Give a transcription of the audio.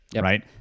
right